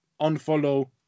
unfollow